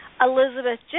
Elizabeth